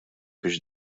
biex